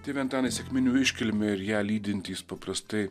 tėve antanai sekminių iškilmė ir ją lydintys paprastai